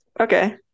okay